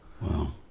Wow